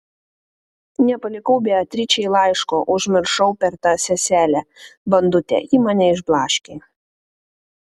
nepalikau beatričei laiško užmiršau per tą seselę bandutę ji mane išblaškė